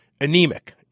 anemic